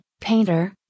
Painter